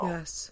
Yes